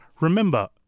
Remember